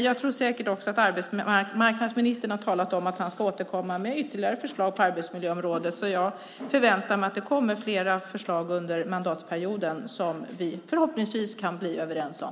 Jag tror säkert också att arbetsmarknadsministern har talat om att han ska återkomma med ytterligare förslag på arbetsmiljöområdet, så jag väntar mig att det kommer fler förslag under mandatperioden som vi förhoppningsvis kan bli överens om.